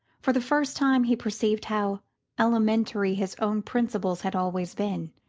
for the first time he perceived how elementary his own principles had always been.